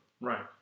Right